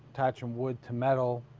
attaching wood to metal.